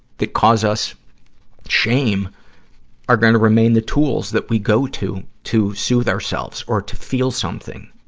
that cause us shame are gonna remain the tools that we go to, to soothe ourselves or to feel something,